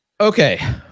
Okay